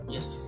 Yes